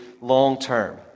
long-term